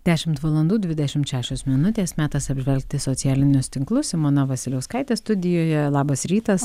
dešimt valandų dvidešimt šešios minutės metas apžvelgti socialinius tinklus simona vasiliauskaitė studijoje labas rytas